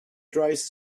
dries